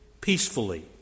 peacefully